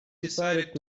decided